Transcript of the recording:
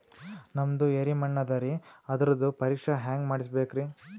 ನಮ್ದು ಎರಿ ಮಣ್ಣದರಿ, ಅದರದು ಪರೀಕ್ಷಾ ಹ್ಯಾಂಗ್ ಮಾಡಿಸ್ಬೇಕ್ರಿ?